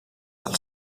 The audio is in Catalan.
del